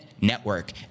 network